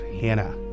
Hannah